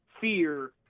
fear